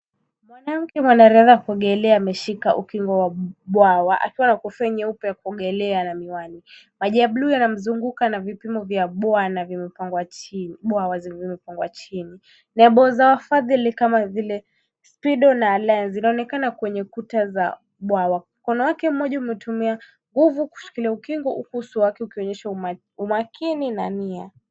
Mwanamke mwanariadha wa kuogelea ameshika ukingo wa bwawa, akiwa na kofia nyeupe ya kuogelea na miwani. Maji ya bluu yanamzunguka na vipimo vya bwawa zilizopangwa chini. Lebo za wafadhili kama vile Speedo na Alliance, zinaonekana kwenye kuta za bwawa. Mkono wake mmoja umetumia nguvu kushikilia ukingo, huku uso wake ukionyesha umakini na nia.